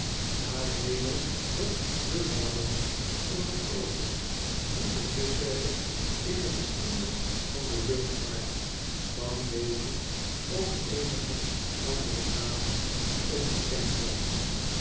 haar hemel met luchtballons van een grootte die tot dusverre in de geschieeen parlementslid wordt ondervraagd denis van de luchtvaart van deze of eenige andere natie onbekend was